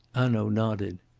hanaud nodded.